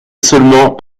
seulement